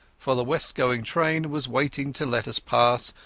for the west-going train was waiting to let us pass,